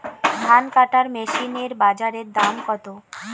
ধান কাটার মেশিন এর বাজারে দাম কতো?